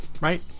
right